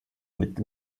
mit